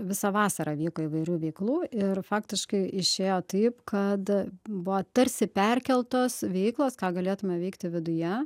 visą vasarą vyko įvairių veiklų ir faktiškai išėjo taip kad buvo tarsi perkeltos veiklos ką galėtume veikti viduje